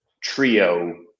trio